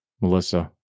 Melissa